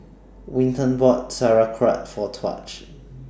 Winton bought Sauerkraut For Tahj